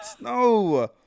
No